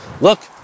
look